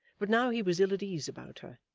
but now he was ill at ease about her.